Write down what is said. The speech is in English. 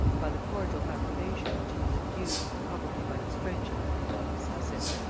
by the cordial approbation which he was induced, probably by his friendship for the earl of sussex,